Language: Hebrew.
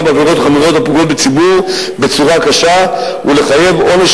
בעבירות חמורות הפוגעות בציבור בצורה קשה ולחייב עונש